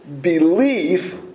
belief